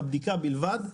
בבדיקה בלבד,